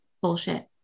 Bullshit